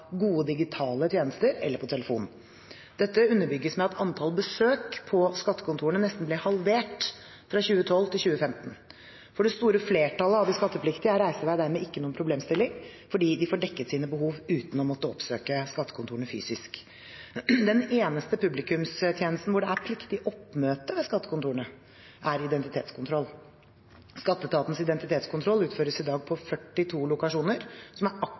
gode digitale tjenester eller på telefon. Dette underbygges med at antall besøk på skattekontorene nesten ble halvert fra 2012 til 2015. For det store flertallet av de skattepliktige er reisevei dermed ikke noen problemstilling fordi de får dekket sine behov uten å måtte oppsøke skattekontorene fysisk. Den eneste publikumstjenesten hvor det er pliktig oppmøte ved skattekontorene, er identitetskontroll. Skatteetatens identitetskontroll utføres i dag på 42 lokasjoner, som er